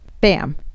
bam